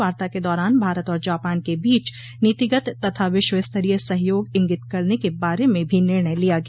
वार्ता के दौरान भारत और जापान के बीच नीतिगत तथा विश्वस्तरीय सहयोग इंगित करने के बारे में भी निर्णय लिया गया